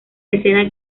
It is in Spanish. escena